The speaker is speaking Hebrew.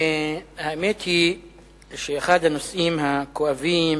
האמת היא שאחד הנושאים הכואבים